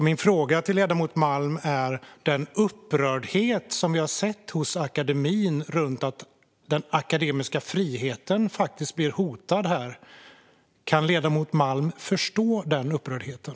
Min fråga till ledamoten Malm är denna: Den upprördhet som vi har sett hos akademin över att den akademiska friheten faktiskt blir hotad här, kan ledamoten Malm förstå den upprördheten?